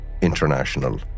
international